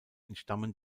entstammen